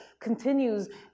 continues